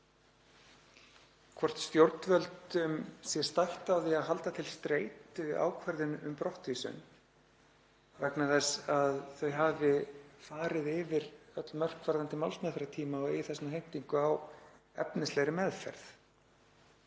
hvort stjórnvöldum sé stætt á því að halda til streitu ákvörðun um brottvísun vegna þess að þau hafi farið yfir öll mörk varðandi málsmeðferðartíma og eigi þess vegna heimtingu á efnislegri meðferð.